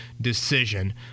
decision